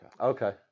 Okay